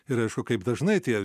ir aišku kaip dažnai tie